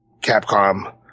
Capcom